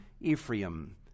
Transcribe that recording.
Ephraim